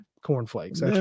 cornflakes